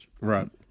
Right